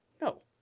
No